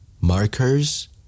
Markers